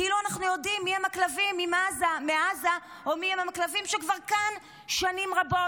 כאילו אנחנו יודעים מיהם הכלבים מעזה ומיהם הכלבים שכבר כאן שנים רבות.